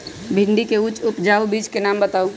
भिंडी के उच्च उपजाऊ बीज के नाम बताऊ?